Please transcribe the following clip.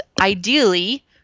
Ideally